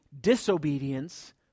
Disobedience